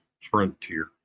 frontier